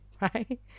right